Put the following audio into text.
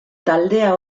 taldea